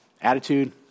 attitude